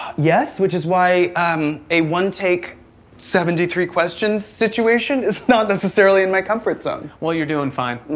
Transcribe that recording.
yes, which is why a one-take seventy three questions situation is not necessarily in my comfort zone. well, you're doing fine.